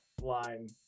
line